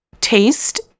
taste